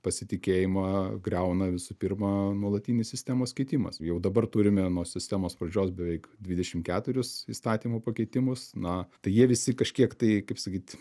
pasitikėjimą griauna visų pirma nuolatinis sistemos keitimas jau dabar turime nuo sistemos pradžios beveik dvidešim keturis įstatymų pakeitimus na tai jie visi kažkiek tai kaip sakyt